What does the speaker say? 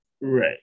Right